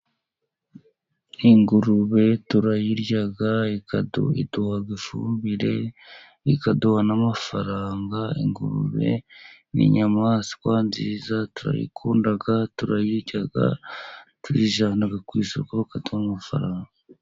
Ingurube turayirya iduha ifumbire ikaduha n'amafaranga, ingurube ni inyamaswa nziza turayikunda turayirya tuzijyana ku isoko bakaduha amafaranga.